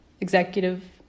executive